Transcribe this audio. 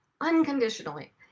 unconditionally